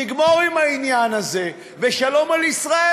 נגמור עם העניין הזה ושלום על ישראל.